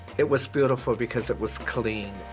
it was beautiful because it was clean.